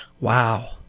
Wow